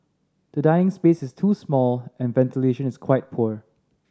the dining space is too small and ventilation is quite poor